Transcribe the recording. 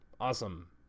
awesome